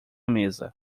mesa